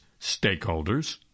stakeholders